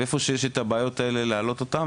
ואיפה שיש את הבעיות האלה להעלות אותן,